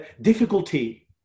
difficulty